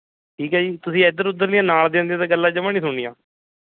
ਠੀਕ ਹੈ ਜੀ ਤੁਸੀਂ ਇੱਧਰ ਉੱਧਰ ਦੀਆਂ ਨਾਲ਼ ਦਿਆਂ ਦੀਆਂ ਤਾਂ ਗੱਲਾਂ ਜਮਾਂ ਨਹੀਂ ਸੁਣਨੀਆਂ